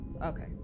Okay